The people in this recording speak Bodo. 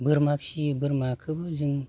बोरमा फियो बोरमाखोबो जों